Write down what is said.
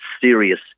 serious